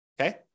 okay